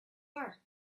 are